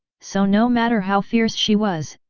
so no matter how fierce she was,